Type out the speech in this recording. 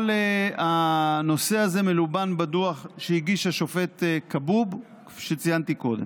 כל הנושא הזה מלובן בדוח שהגיש השופט כבוב שציינתי קודם.